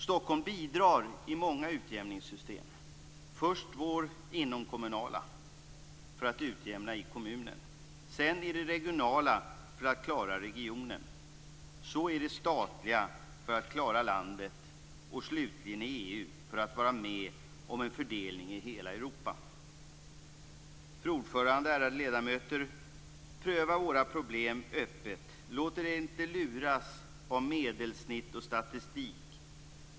Stockholm bidrar i många utjämningssystem; först till vårt inomkommunala för utjämning inom kommunen, sedan till det regionala för att klara regionen, vidare till det statliga för att klara landet och slutligen till EU för att vara med om en fördelning i hela Europa. Fru talman! Ärade ledamöter! Pröva våra problem öppet! Låt er inte luras av medelsnitt och statistik!